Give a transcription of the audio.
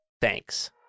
Thanks